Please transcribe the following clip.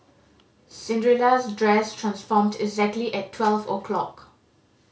Cinderella's dress transformed exactly at twelve o'clock